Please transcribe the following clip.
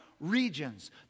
regions